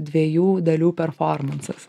dviejų dalių performansas